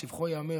לשבחו ייאמר,